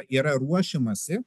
yra ruošiamasi